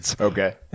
Okay